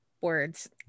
words